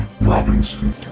Robinson